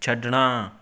ਛੱਡਣਾ